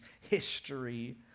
history